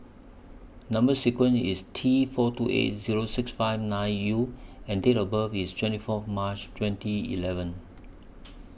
Number sequence IS T four two eight Zero six five nine U and Date of birth IS twenty Fourth March twenty eleven